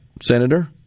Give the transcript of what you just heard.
Senator